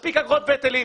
מספיק אגרות והיטלים,